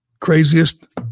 craziest